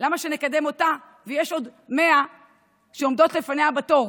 למה שנקדם אותה כשיש עוד 100 שעומדות לפניה בתור?